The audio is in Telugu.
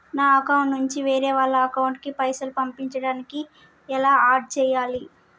నా అకౌంట్ నుంచి వేరే వాళ్ల అకౌంట్ కి పైసలు పంపించడానికి ఎలా ఆడ్ చేయాలి?